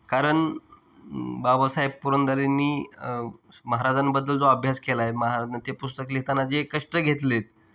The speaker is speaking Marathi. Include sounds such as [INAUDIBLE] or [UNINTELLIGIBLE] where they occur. कारण बाबासाहेब पुरंदरेंनी महाराजांबद्दल जो अभ्यास केला आहे [UNINTELLIGIBLE] ते पुस्तक लिहिताना जे कष्ट घेतले आहेत